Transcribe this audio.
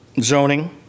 zoning